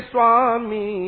Swami